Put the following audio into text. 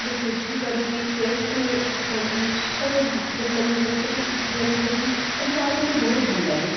ଆଗେ ଟେଷ୍ଟି କରିବି ଟେଷ୍ଟ୍ କରିବି ତା'ପରେ ଭାତରେ ଲଗାଇ ଖାଇବି ତା'ପରେ ପିଠା ଲଗାଇ ଖାଇବି ଆଉ ମୋତେ ଆଳୁ ଚାକିରି ବହୁତ ଭଲ ଲାଗେ